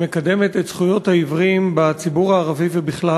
שמקדמת את זכויות העיוורים בציבור הערבי ובכלל.